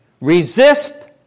Resist